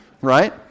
Right